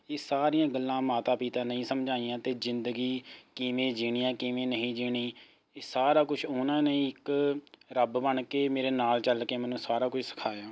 ਇਹ ਸਾਰੀਆਂ ਗੱਲਾਂ ਮਾਤਾ ਪਿਤਾ ਨੇ ਹੀ ਸਮਝਾਈਆਂ ਅਤੇ ਜ਼ਿੰਦਗੀ ਕਿਵੇਂ ਜਿਉਣੀ ਹੈ ਕਿਵੇਂ ਨਹੀਂ ਜਿਉਣੀ ਇਹ ਸਾਰਾ ਕੁਛ ਉਹਨਾਂ ਨੇ ਹੀ ਇੱਕ ਰੱਬ ਬਣ ਕੇ ਮੇਰੇ ਨਾਲ ਚੱਲ ਕੇ ਮੈਨੂੰ ਸਾਰਾ ਕੁਛ ਸਿਖਾਇਆ